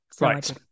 Right